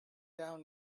down